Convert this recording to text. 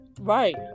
Right